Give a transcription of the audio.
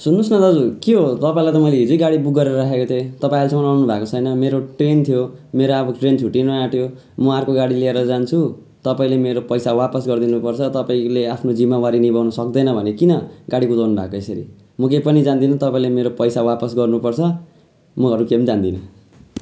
सुन्नुहोस् न दाजु के हो तपाईँलाई त मैले हिजै गाडी बुक गरेर राखेको थिएँ तपाईँ अहिलेसम्म आउनुभएको छैन मेरो ट्रेन थियो मेरो अब ट्रेन छुटिन आँट्यो म अर्को गाडी लिएर जान्छु तपाईँले मेरो पैसा वापस गरिदिनु पर्छ तपाईँले आफ्नो जिम्मेवारी निभाउन सक्दैन भने किन गाडी कुदाउनु भएको यसरी म केही पनि जान्दिनँ तपाईँले मेरो पैसा वापस गर्नुपर्छ म अरू केही पनि जान्दिनँ